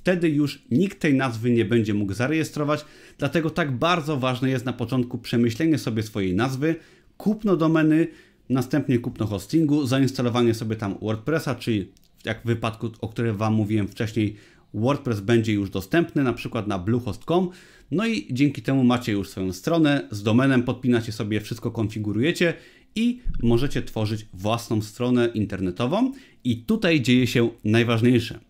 Wtedy już nikt tej nazwy nie będzie mógł zarejestrować. Dlatego tak bardzo ważne jest na początku przemyślenie sobie swojej nazwy, kupno domeny, następnie kupno hostingu, zainstalowanie sobie tam WordPressa, czyli jak w wypadku, o którym wam mówiłem wcześniej, WordPress będzie już dostępny, na przykład na bluehost.com. No i dzięki temu macie już swoją stronę, z domenem podpinacie sobie, wszystko konfigurujecie i możecie tworzyć własną stronę internetową. I tutaj dzieje się najważniejsze.